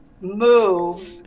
move